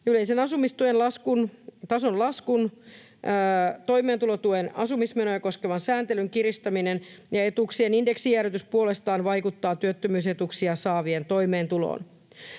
Yleisen asumistuen tason lasku, toimeentulotuen asumismenoja koskevan sääntelyn kiristäminen ja etuuksien indeksijäädytys puolestaan vaikuttavat työttömyysetuuksia saavien toimeentuloon.